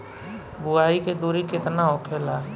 बुआई के दूरी केतना होखेला?